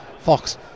Fox